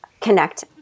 Connect